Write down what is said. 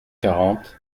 quarante